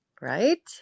right